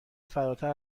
فراتر